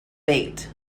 bait